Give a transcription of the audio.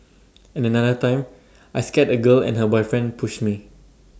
and another time I scared A girl and her boyfriend pushed me